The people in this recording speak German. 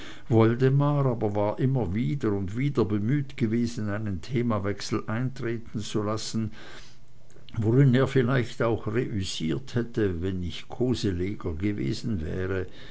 woldemar aber war immer wieder und wieder bemüht gewesen einen themawechsel eintreten zu lassen worin er vielleicht auch reüssiert hätte wenn nicht koseleger gewesen wäre